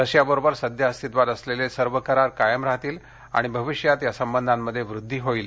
रशियाबरोबर सध्या अस्त्वित्वात असलेले सर्व करार कायम राहतील आणि भविष्यांत या संबधांमध्ये वृध्दी होईल